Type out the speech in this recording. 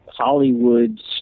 Hollywood